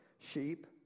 sheep